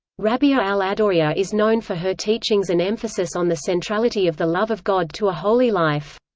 rabi'a al-adawiyya is known for her teachings and emphasis on the centrality of the love of god to a holy life.